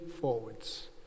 forwards